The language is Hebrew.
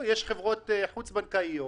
יש חברות חוץ-בנקאיות.